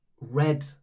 red